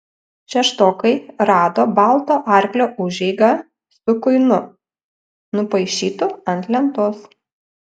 šeštokai rado balto arklio užeigą su kuinu nupaišytu ant lentos